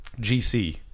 gc